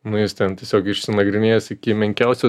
nu jis ten tiesiog išsinagrinėjęs iki menkiausių